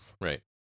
right